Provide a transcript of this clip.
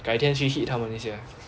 改天去 hit 她们一下